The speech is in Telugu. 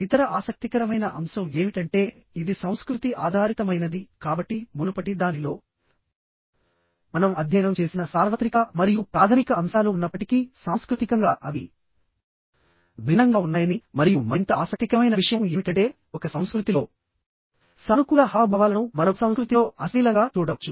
ఇతర ఆసక్తికరమైన అంశం ఏమిటంటే ఇది సంస్కృతి ఆధారితమైనది కాబట్టి మునుపటి దానిలో మనం అధ్యయనం చేసిన సార్వత్రిక మరియు ప్రాథమిక అంశాలు ఉన్నప్పటికీ సాంస్కృతికంగా అవి భిన్నంగా ఉన్నాయని మరియు మరింత ఆసక్తికరమైన విషయం ఏమిటంటే ఒక సంస్కృతిలో సానుకూల హావభావాలను మరొక సంస్కృతిలో అశ్లీలంగా చూడవచ్చు